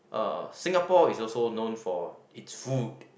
uh Singapore is also known for it's food